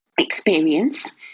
experience